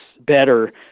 better